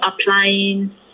applying